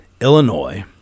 Illinois